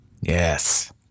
Yes